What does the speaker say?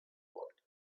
work